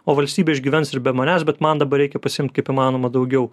o valstybė išgyvens ir be manęs bet man dabar reikia pasiimt kaip įmanoma daugiau